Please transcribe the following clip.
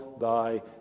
thy